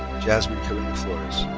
jasmine carina flores.